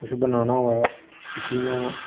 कुछ बनाना होऐ कुछ इ'यां